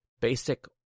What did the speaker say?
basic